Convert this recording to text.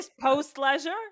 post-leisure